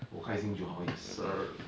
我开心就好 yes sir